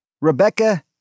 Rebecca